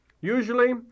Usually